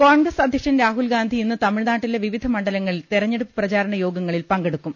കോൺഗ്രസ് അധ്യക്ഷൻ രാഹുൽഗാന്ധി ഇന്ന് തമിഴ്നാട്ടിലെ വിവിധ മണ്ഡലങ്ങളിൽ തെരഞ്ഞെടുപ്പ് പ്രചാരണ യോഗങ്ങളിൽ പങ്കെടുക്കും